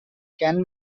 can